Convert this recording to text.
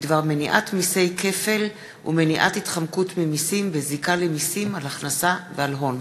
בדבר שיתוף פעולה בתחומי התרבות, החינוך והמדע,